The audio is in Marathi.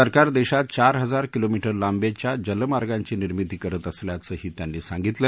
सरकार देशात चार हजार किलोमिटर लांबीचे जलमार्गांची निर्मिती करत असल्याचही त्यांनी सांगितलं